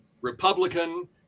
Republican